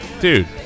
dude